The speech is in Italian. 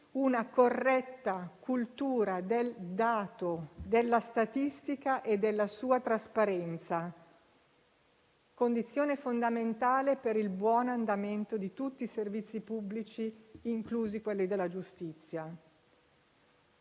una corretta cultura del dato, della statistica e della sua trasparenza, che è condizione fondamentale per il buon andamento di tutti i servizi pubblici, inclusi quelli della giustizia.